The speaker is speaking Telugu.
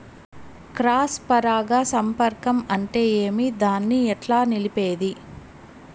క్రాస్ పరాగ సంపర్కం అంటే ఏమి? దాన్ని ఎట్లా నిలిపేది?